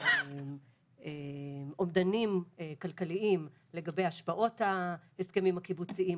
אומדנים כלכליים לגבי השפעות ההסכמים הקיבוציים.